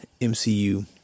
MCU